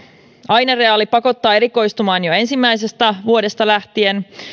ainereaali pakottaa erikoistumaan jo ensimmäisestä vuodesta lähtien